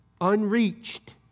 Unreached